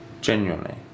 genuinely